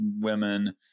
women